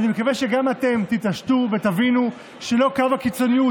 ואני מקווה שגם אתם תתעשתו ותבינו שלא קו הקיצוניות,